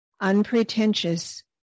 unpretentious